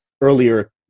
earlier